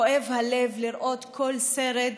כואב הלב לראות כל סרט,